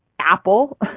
Apple